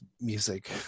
music